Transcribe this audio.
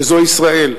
וזו ישראל.